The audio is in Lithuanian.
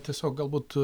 tiesiog galbūt